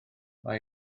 mae